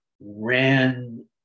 ran